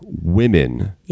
Women